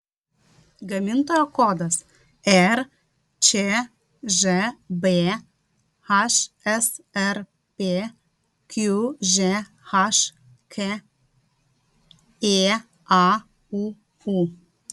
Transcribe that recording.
gamintojo kodas rčžb hsrp qžhk ėauu